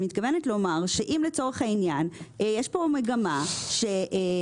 אני מתכוונת לומר שאם לצורך העניין יש כאן מגמה שיהיה